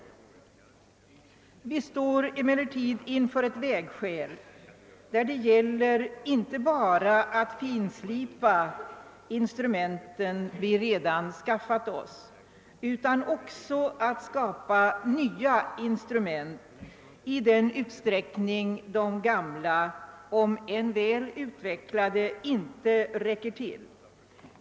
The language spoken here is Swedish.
Vi står emellertid inför ett vägskäl där det inte bara gäller att finslipa de instrument vi redan skaffat oss utan också att skapa nya instrument i den utsträckning de gamla, om än väl utvecklade, inte räcker till.